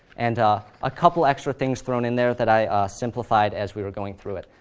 and a couple extra things thrown in there that i simplified as we were going through it,